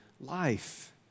life